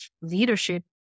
leadership